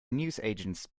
newsagent’s